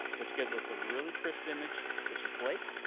which gives us a really crisp image, which is blake,